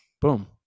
boom